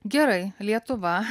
gerai lietuva